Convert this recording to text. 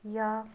یا